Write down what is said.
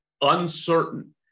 uncertain